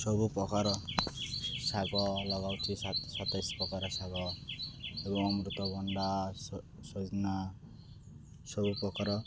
ସବୁ ପ୍ରକାର ଶାଗ ଲଗାଉଛି ସତେଇଶି ପ୍ରକାର ଶାଗ ଏବଂ ଅମୃତଭଣ୍ଡା ସଜନା ସବୁ ପ୍ରକାର